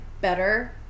better